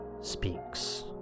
speaks